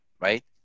right